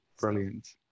brilliant